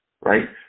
right